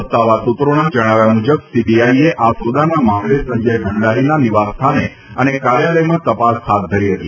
સત્તાવાર સૂત્રોના જણાવ્યા મુજબ સીબીઆઈ એ આ સોદાના મામલે સંજય ભંડારીના નિવાસ સ્થાને અને કાર્યાલયમાં તપાસ હાથ ધરી હતી